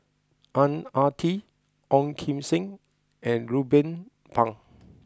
Ang Ah Tee Ong Kim Seng and Ruben Pang